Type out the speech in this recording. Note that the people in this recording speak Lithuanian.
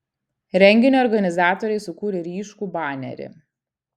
renginio organizatoriai sukūrė ryškų banerį